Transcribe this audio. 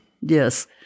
Yes